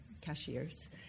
cashiers